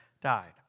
died